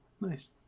Nice